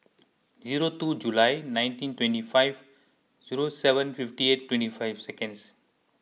zero two July nineteen twenty five zero seven fifty eight twenty five seconds